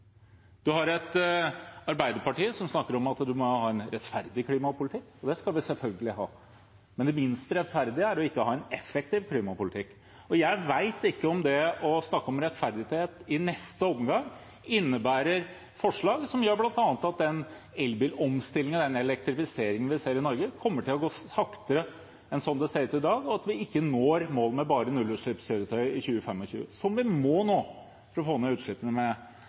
å ikke ha en effektiv klimapolitikk. Jeg vet ikke om det å snakke om rettferdighet i neste omgang innebærer forslag som bl.a. gjør at den elbilomstillingen og den elektrifiseringen vi ser i Norge, kommer til å gå saktere enn sånn det ser ut i dag, og at vi ikke når målet med bare nullutslippskjøretøy i 2025, som vi må nå for å få ned utslippene med